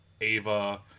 Ava